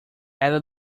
ela